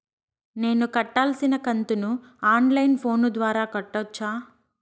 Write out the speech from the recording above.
నేను కట్టాల్సిన కంతును ఆన్ లైను ఫోను ద్వారా కట్టొచ్చా?